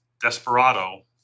Desperado